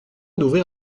d’ouvrir